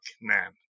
man